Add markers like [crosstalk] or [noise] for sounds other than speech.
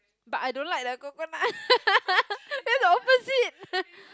but I don't like the coconut [laughs] that's opposite [laughs]